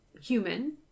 human